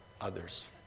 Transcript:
others